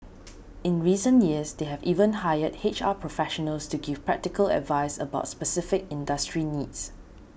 in recent years they have even hired H R professionals to give practical advice about specific industry needs